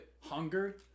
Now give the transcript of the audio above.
Hunger